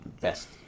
best